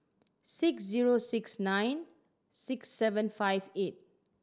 six zero six nine six seven five eight